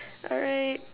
alright